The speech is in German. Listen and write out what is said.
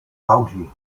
county